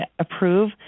approve